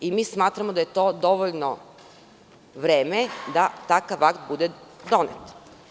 Mi smatramo da je to dovoljno vreme da takav akt bude donet.